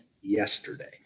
yesterday